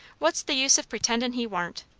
what's the use of pretendin' he warn't?